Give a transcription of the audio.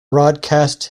broadcast